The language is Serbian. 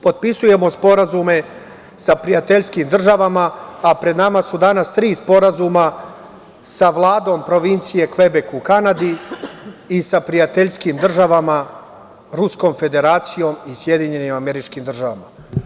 Potpisujemo sporazume sa prijateljskim državama, a pred nama su danas tri sporazuma, sa Vladom provincije Kvebek u Kanadi i sa prijateljskim državama, Ruskom Federacijom i SAD.